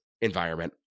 environment